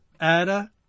Ada